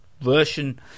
version